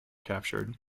captured